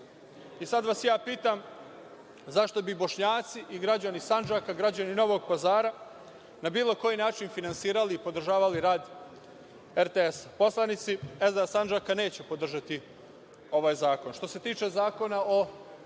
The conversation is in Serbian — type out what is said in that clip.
vas ja pitam – zašto bi Bošnjaci i građani Sandžaka, građani Novog Pazara, na bilo koji način finansirali i podržavali rad RTS-a? Poslanici SDA Sandžaka neće podržati ovaj zakon. Što se tiče Zakona o